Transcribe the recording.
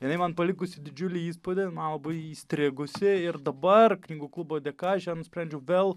jinai man palikusi didžiulį įspūdį man labai įstrigusi ir dabar knygų klubo dėka aš ją nusprendžiau vėl